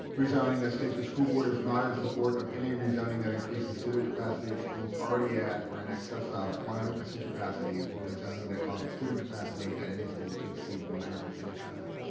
rezoning that states that school board is not in support of any rezoning that increases student capacity at schools already at or in excess of one hundred percent capacity or rezoning that causes student capacity at any school to exceed one hundred percent capacity.